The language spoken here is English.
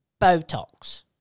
Botox